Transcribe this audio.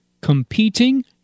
competing